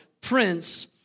Prince